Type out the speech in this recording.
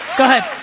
good